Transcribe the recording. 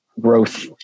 growth